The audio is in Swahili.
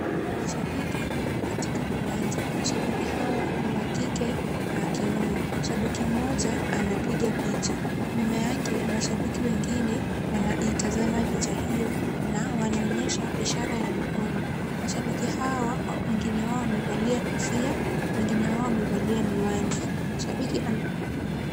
Mashabiki wako katika uwanja. Mashabiki hawa ni wa kike na wa kiume. Shabiki mmoja anapiga picha, nyuma yake mashabiki wengine wanaitazama picha hiyo, na wanaonyesha ishara ya mikono. Mashabiki hawa wengine wao wamevalia kofia, wengine wao wamevalia miwani. Shabiki ame...